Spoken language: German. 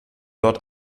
dort